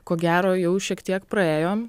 ko gero jau šiek tiek praėjom